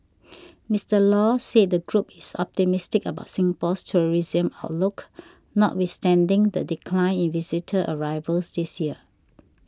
Mister Law said the group is optimistic about Singapore's tourism outlook notwithstanding the decline in visitor arrivals this year